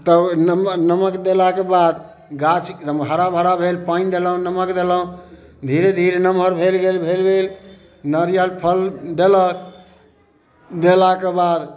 तब नम नमक देलाके बाद गाछ एकदम हरा भरा भेल पानि देलहुँ नमक देलहुँ धीरे धीरे नमहर भेल गेल भेल गेल नारियर फल देलक देलाके बाद